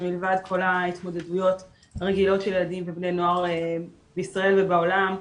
שמלבד כל ההתמודדויות הרגילות של ילדים ובני נוער בישראל ובעולם,